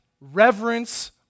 reverence